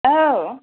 औ